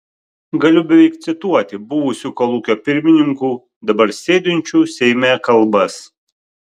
galiu beveik cituoti buvusių kolūkio pirmininkų dabar sėdinčių seime kalbas